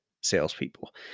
salespeople